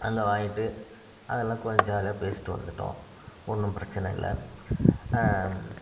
அங்கே வாங்கிட்டு அதெலாம் கொஞ்சம் ஜாலியாக பேசிட்டு வந்துவிட்டோம் ஒன்றும் பிரச்சின இல்லை